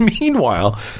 Meanwhile